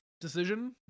decision